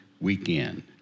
weekend